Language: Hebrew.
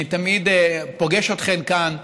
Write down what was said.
אני תמיד פוגש אתכן כאן,